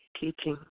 teaching